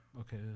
okay